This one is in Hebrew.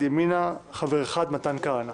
ימינה חבר אחד: מתן כהנא.